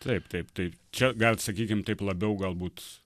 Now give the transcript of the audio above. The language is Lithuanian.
taip taip tai čia gal sakykim taip labiau galbūt